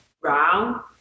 round